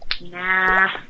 Nah